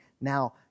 now